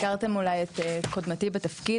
הכרתם אולי את קודמתי בתפקיד,